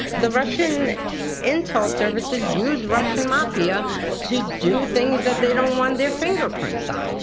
the russian intel services use russian mafia to do things that they don't want their fingerprints on,